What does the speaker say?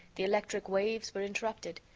the electric waves were interrupted.